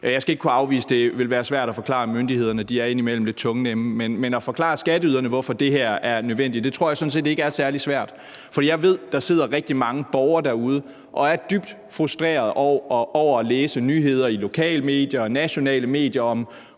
Jeg skal ikke kunne afvise, at det vil være svært at forklare myndighederne, for de er indimellem lidt tungnemme, men at forklare skatteyderne, hvorfor det her er nødvendigt, tror jeg sådan set ikke er særlig svært. For jeg ved, der sidder rigtig mange borgere derude, som er dybt frustrerede over at læse nyheder i lokale og nationale medier om